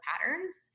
patterns